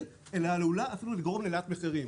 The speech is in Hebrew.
אלא עלולה אפילו לגרום להעלאת מחירים.